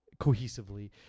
cohesively